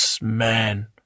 man